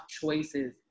choices